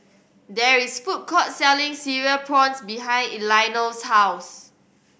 there is food court selling Cereal Prawns behind Elinore's house